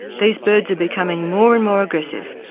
these birds are becoming more and more aggressive,